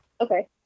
Okay